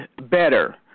better